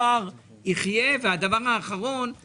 איך עושים הפרטה בלי זה?